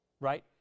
Right